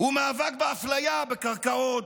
הוא מאבק באפליה בקרקעות,